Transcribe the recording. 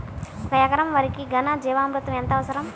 ఒక ఎకరా వరికి ఘన జీవామృతం ఎంత అవసరం?